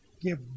give